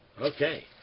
Okay